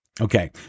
Okay